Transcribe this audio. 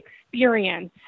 experience